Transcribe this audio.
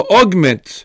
augment